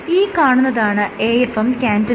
ഈ കാണുന്നതാണ് AFM cantilever